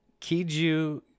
Kiju